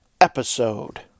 Episode